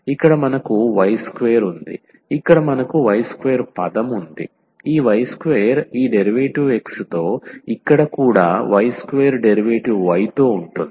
ఇక్కడ మనకు y2 ఉంది ఇక్కడ మనకు y2పదం ఉంది y2 ఈ dx తో ఇక్కడ కూడా y2 dy తో ఉంటుంది